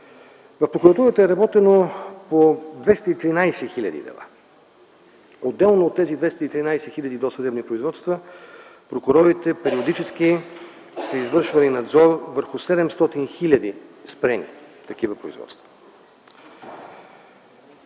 В Прокуратурата е работено по 213 хил. дела. Отделно от тези 213 хил. досъдебни производства, прокурорите периодически са извършвали надзор върху 700 хил. спрени такива производства.